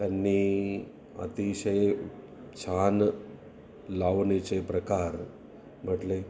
त्यांनी अतिशय छान लावणीचे प्रकार म्हटले